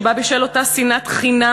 בשל אותה שנאת חינם,